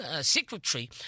Secretary